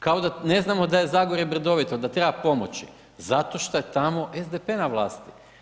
Kao da ne znamo da je zagorje brdovito, da treba pomoći, zato što je tamo SDP na vlasti.